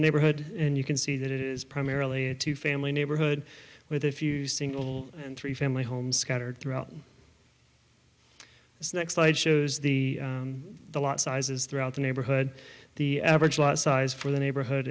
the neighborhood and you can see that it is primarily a two family neighborhood with a few single and three family homes scattered throughout this next slide shows the the lot sizes throughout the neighborhood the average lot size for the neighborhood